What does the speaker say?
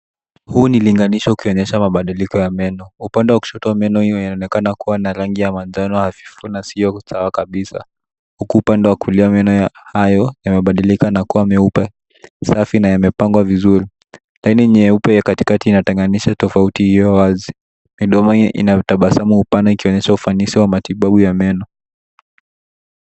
Huu ni linganisho ukionyesha mabadiliko ya meno. Upande wa kushoto wa meno hiyo inaonekana kuwa na rangi ya manjano hafifu na siyo sawa kabisa. Huku upande wa kulia, meno hayo yamebadilika na kuwa meupe, safi na yamepangwa vizuri. Laini nyeupe ya katikati inatenganisha tofauti hiyo wazi. Midomo hii ina tabasamu upana ikionyesha ufanisi wa matibabu ya meno.